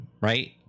Right